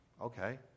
Okay